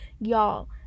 y'all